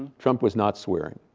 trump was not swearing,